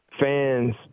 fans